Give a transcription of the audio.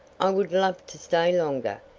i would love to stay longer,